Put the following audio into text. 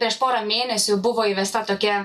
prieš pora mėnesių buvo įvesta tokia